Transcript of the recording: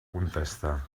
contestar